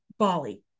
Bali